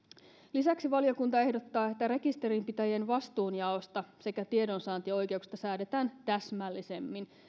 lisäksi valiokunta ehdottaa että rekisterinpitäjien vastuunjaosta sekä tiedonsaantioikeuksista säädetään täsmällisemmin